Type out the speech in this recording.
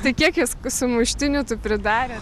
tai kiek jūs sumuštinių tų pridarėt